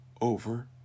over